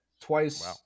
twice